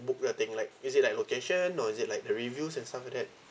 book your thing like is it like location or is it like the reviews and stuff like that